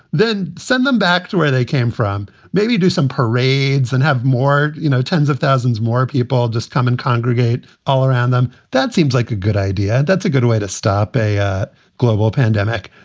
then send them back to where they came from. maybe do some parades and have more. you know, tens of thousands more people just come and congregate all around them that seems like a good idea. that's a good way to stop a a global pandemic.